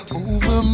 over